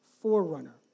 forerunner